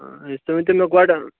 تُہۍ ؤنۍتو مےٚ گۄڈٕ